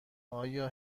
آیا